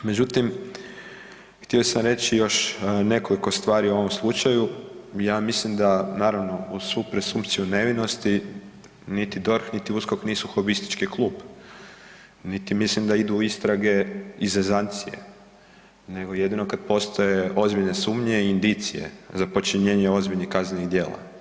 Međutim, htio sam reći još nekoliko stvari o ovom slučaju, ja mislim da, naravno uz svu presumpciju nevinosti, niti DORH, niti USKOK nisu hobistički klub, niti mislim da idu istrage iz zezancije nego jedino kad postoje ozbiljne sumnje i indicije za počinjenje ozbiljnih kaznenih dijela.